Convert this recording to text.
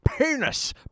Penis